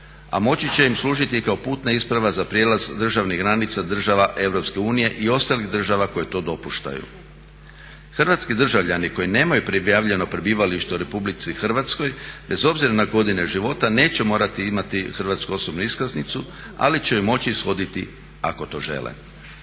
a moći će im služiti i kao putna isprava za prijelaz državnih granica država EU i ostalih država koje to dopuštaju. Hrvatski državljani koji nemaju prebivalište u RH bez obzira na svoje godine života neće morati imati hrvatsku osobnu iskaznicu, ali će je moći ishoditi ukoliko to žele.